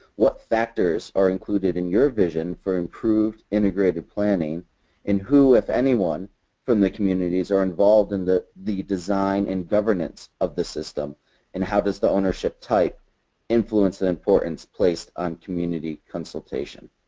what factors are included in your vision for improved integrated planning and who, if anyone from the communities are involved in the the design and governance of the system and how does the ownership type influence the importance placed on community consultation?